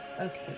Okay